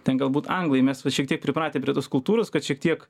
ten galbūt anglai mes vat šiek tiek pripratę prie tos kultūros kad šiek tiek